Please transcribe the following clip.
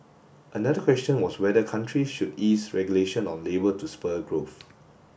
another question was whether countries should ease regulation on labour to spur growth